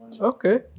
Okay